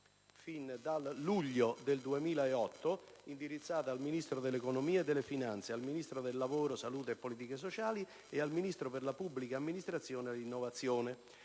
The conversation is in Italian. nel luglio del 2008, indirizzata al Ministro dell'economia e delle finanze, al Ministro del lavoro, salute e politiche sociali e al Ministro per la pubblica amministrazione e l'innovazione.